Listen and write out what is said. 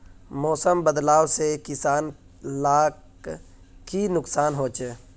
मौसम बदलाव से किसान लाक की नुकसान होचे?